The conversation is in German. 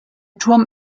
turm